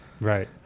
Right